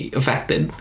affected